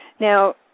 Now